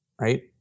right